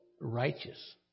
righteous